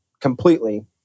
completely